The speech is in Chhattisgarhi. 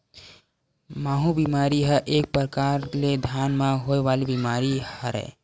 माहूँ बेमारी ह एक परकार ले धान म होय वाले बीमारी हरय